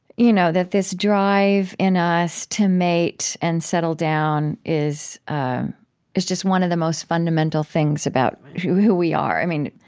you know that this drive in us to mate and settle down is is just one of the most fundamental things about who who we are.